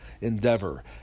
endeavor